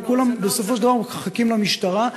וכולם בסופו של דבר מחכים למשטרה.